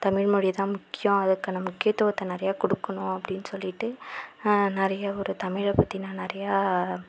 தமிழ் மொழி தான் முக்கியம் அதுக்கான முக்கியத்துவத்தை நிறையா கொடுக்கணும் அப்படினு சொல்லிகிட்டு நிறைய ஒரு தமிழை பற்றின நிறையா